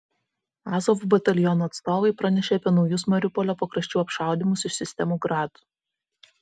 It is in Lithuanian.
azov bataliono atstovai pranešė apie naujus mariupolio pakraščių apšaudymus iš sistemų grad